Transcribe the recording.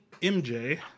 MJ